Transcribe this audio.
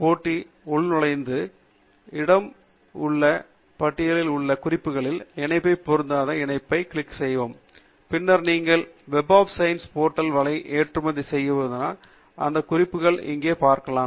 com போர்ட்டில் உள்நுழைந்து இடதுபுறம் உள்ள பக்க பட்டியில் உள்ள என் குறிப்புகளில் இணைப்பைப் பொருத்தாத இணைப்பை கிளிக் செய்து பின்னர் நீங்கள் வெப் ஆப் சயின்ஸ் போர்டல் வலை இருந்து ஏற்றுமதி செய்தது போன்ற அதே குறிப்புகள் இங்கே பார்க்கலாம்